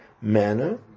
manner